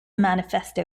manifesto